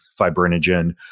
fibrinogen